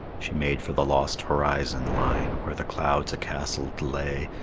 she made for the lost horizon line, where the clouds a-castled lay,